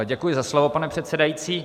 Děkuji za slovo, pane předsedající.